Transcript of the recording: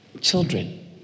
children